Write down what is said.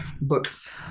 books